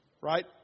right